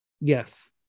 Yes